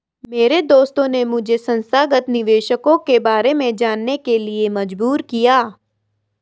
मेरे दोस्त ने मुझे संस्थागत निवेशकों के बारे में जानने के लिए मजबूर किया